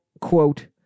quote